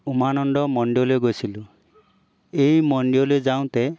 উমানন্দ মন্দিৰলৈ গৈছিলোঁ এই মন্দিৰলৈ যাওঁতে